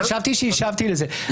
חשבתי שהשבתי לזה.